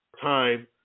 time